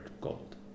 gold